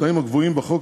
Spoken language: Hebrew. בתנאים הקבועים בחוק,